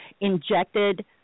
injected